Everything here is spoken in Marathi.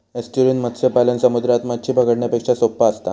एस्चुरिन मत्स्य पालन समुद्रात मच्छी पकडण्यापेक्षा सोप्पा असता